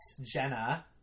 Jenna